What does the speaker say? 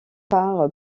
par